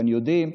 יודעים,